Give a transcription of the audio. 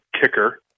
kicker